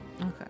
Okay